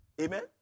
Amen